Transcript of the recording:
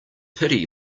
pity